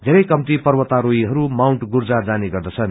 येरै कम्ती पर्वतारोहीहरू माउंट गुरजा जाने गर्दछन्